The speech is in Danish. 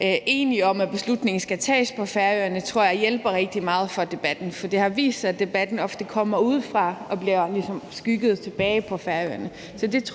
enige om, at beslutningen skal tages på Færøerne, tror jeg hjælper rigtig meget i forhold til debatten. For det har vist sig, at debatten ofte kommer udefra, og at skyggen ligesom bliver kastet tilbage på Færøerne. Så det,